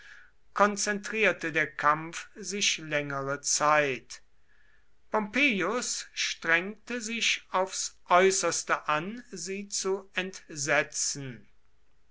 konzentrierte der kampf sich längere zeit pompeius strengte sich aufs äußerste an sie zu entsetzen